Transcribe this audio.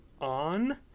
on